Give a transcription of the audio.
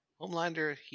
Homelander